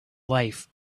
life